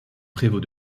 prévôt